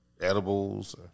edibles